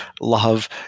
love